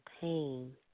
pain